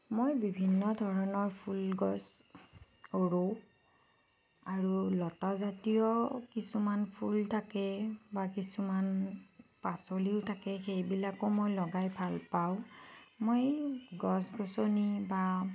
মই বিভিন্ন ধৰণৰ ফুলগছ ৰোওঁ আৰু লতাজাতীয় কিছুমান ফুল থাকে বা কিছুমান পাচলিও সেইবিলাকো মই লগাই ভালপাওঁ মই গছ গছনি বা